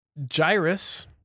Gyrus